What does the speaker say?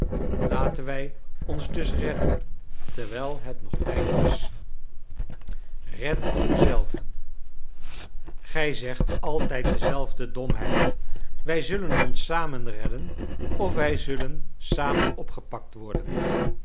laten wij ons dus redden terwijl het nog tijd is red u zelven gij zegt altijd dezelfde domheid wij zullen ons samen redden of wij zullen samen opgepakt worden